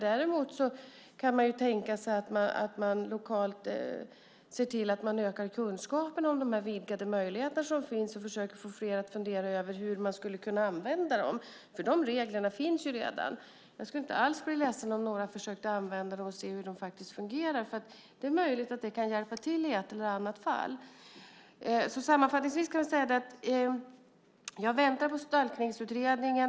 Däremot kan man tänka sig att lokalt öka kunskaperna om de vidgade möjligheter som finns och försöka få fler att fundera över hur de kan användas. De reglerna finns ju redan. Jag skulle inte alls bli ledsen om några försökte använda dem för att se hur de faktiskt fungerar. Det är möjligt att det kan hjälpa till i ett eller annat fall. Sammanfattningsvis väntar jag på Stalkningsutredningen.